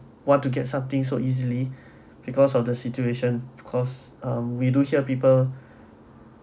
want to get something so easily because of the situation because um we do hear people